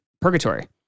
purgatory